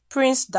Prince